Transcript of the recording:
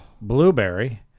Blueberry